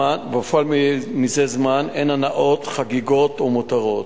מזה זמן אין הנאות, חגיגות ומותרות.